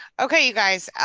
okay, you guys.